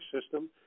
system